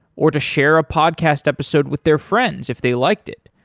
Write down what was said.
or to share a podcast episode with their friends if they liked it?